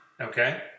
Okay